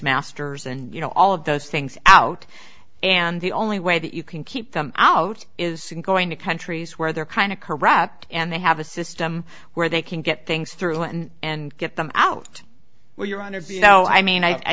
bushmasters and you know all of those things out and the only way that you can keep them out is going to countries where they're kind of corrupt and they have a system where they can get things through and and get them out when you're under be you know i mean i